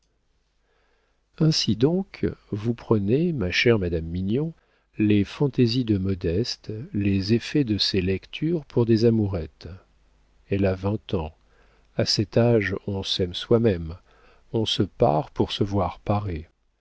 ainsi donc vous prenez ma chère madame mignon les fantaisies de modeste les effets de ses lectures pour des amourettes elle a vingt ans a cet âge on s'aime soi-même on se pare pour se voir parée